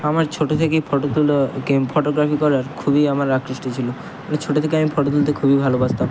আমার ছোটো থেকেই ফটো তোলা ক্যাম ফটোগ্রাফি করার খুবই আমার আকৃষ্ট ছিলো ছোটো থেকে আমি ফটো তুলতে খুবই ভালোবাসতাম